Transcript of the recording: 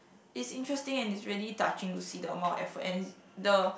is interesting and it's really touching to see the amount of effort and is the